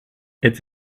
its